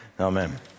Amen